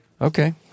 Okay